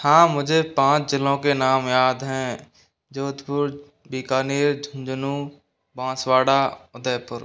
हाँ मुझे पाँच ज़िलों के नाम याद हैं जोधपुर बीकानेर झुंझुनू बांसवाड़ा उदयपुर